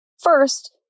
First